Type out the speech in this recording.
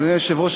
אדוני היושב-ראש,